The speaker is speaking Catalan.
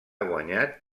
guanyat